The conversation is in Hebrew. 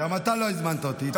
גם אתה לא הזמנת אותי, איתמר.